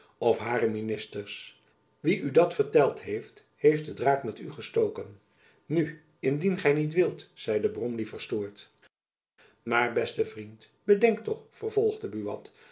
of hare ministers wie u dat verteld heeft heeft den draak met u gestoken nu indien gy niet wilt zeide bromley verstoord maar beste vriend bedenk toch vervolgde buat